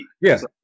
Yes